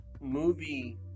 movie